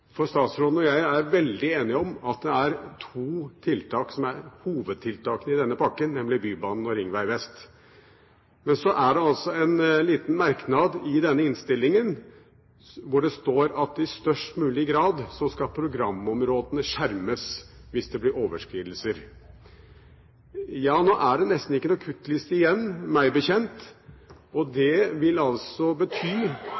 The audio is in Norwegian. Statsråden og jeg er veldig enige om at det er to hovedtiltak i denne pakken, nemlig Bybanen og Ringvei vest. Men så er det altså en liten merknad i innstillingen, der det står at programområdene i størst mulig grad skal skjermes hvis det blir overskridelser. Nå er det nesten ikke noen kuttliste igjen, meg bekjent.